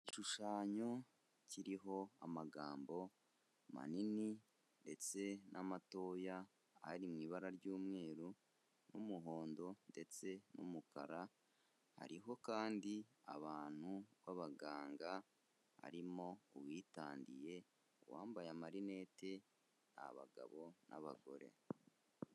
Igishushanyo kiriho amagambo manini ndetse n'amatoya, ari mu ibara ry'umweru n'umuhondo ndetse n'umukara, hariho kandi abantu b'abaganga, harimo uwitandiye, uwambaye amarinete, ni abagabo n'abagore.